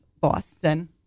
Boston